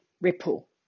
ripple